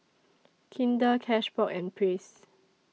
Kinder Cashbox and Praise